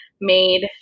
made